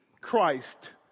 Christ